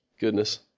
goodness